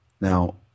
Now